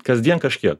kasdien kažkiek